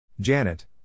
Janet